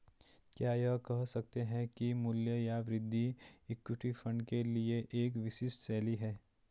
क्या यह कह सकते हैं कि मूल्य या वृद्धि इक्विटी फंड के लिए एक विशिष्ट शैली है?